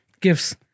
gifts